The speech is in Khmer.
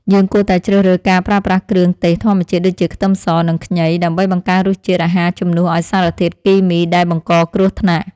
យើងគួរតែជ្រើសរើសការប្រើប្រាស់គ្រឿងទេសធម្មជាតិដូចជាខ្ទឹមស និងខ្ញីដើម្បីបង្កើនរសជាតិអាហារជំនួសឲ្យសារធាតុគីមីដែលបង្កគ្រោះថ្នាក់។